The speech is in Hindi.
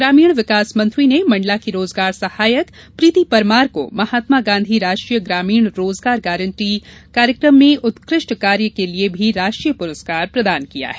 ग्रामीण विकास मंत्री ने मंडला की रोजगार सहायक प्रीति परमार को महात्मागांधी राष्ट्रीय ग्रामीण रोजगार गारंटी कार्यक्रम में उत्कृष्ट कार्य के लिये भी राष्ट्रीय पुरस्कार प्रदान किया है